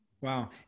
Wow